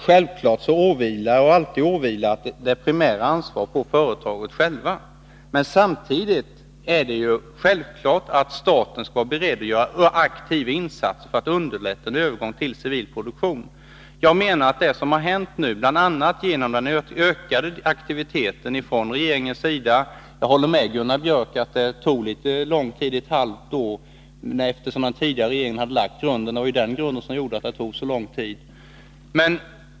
Självfallet åvilar, Nils Berndtson, det primära ansvaret alltid företagen själva. Men samtidigt är det självklart att staten skall vara beredd att göra aktiva insatser för att underlätta en övergång till civil produktion. Vi har nu fått en ökad aktivitet från regeringens sida. Jag håller med Gunnar Björk om att det tog litet lång tid — ett halvt år efter det att den tidigare regeringen hade lagt grunden. Men det var just denna grund som gjorde att det tog så lång tid.